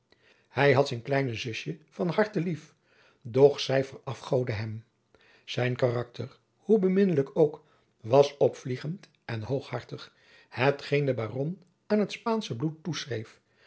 hij had zijn kleine zusje van harte lief doch zij verafgoodde hem zijn karakter hoe beminnelijk ook was opvliegend en hooghartig hetgeen de baron aan het spaansche bloed